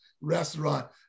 restaurant